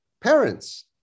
parents